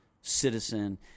citizen